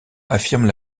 affirment